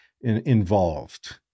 involved